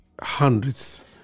hundreds